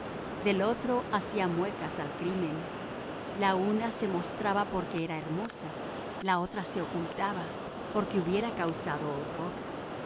del otro hacía muecas al crimen la una se mostraba porque era hermosa la otra se ocultaba porque hubiera causado horror la